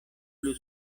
plu